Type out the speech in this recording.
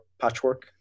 patchwork